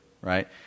right